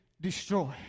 destroy